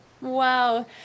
Wow